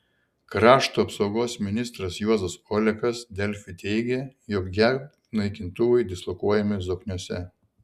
krašto apsaugos ministras juozas olekas delfi teigė jog jav naikintuvai dislokuojami zokniuose